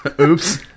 Oops